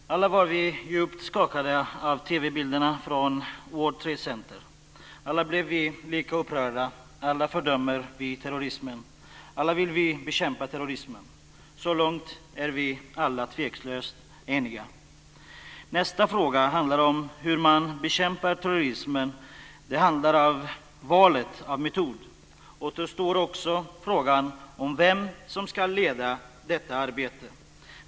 Fru talman! Alla var vi djupt skakade av TV bilderna från World Trade Center. Alla blev vi lika upprörda. Alla fördömer vi terrorismen. Alla vill vi bekämpa terrorismen. Så långt är vi alla tveklöst eniga. Nästa fråga handlar om hur man bekämpar terrorismen. Det handlar om valet av metod. Återstår gör också frågan om vem som ska leda detta arbete.